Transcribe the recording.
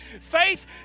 Faith